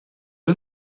are